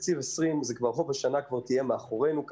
לגבי 2020 רוב השנה תהיה מאחורינו,